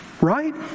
Right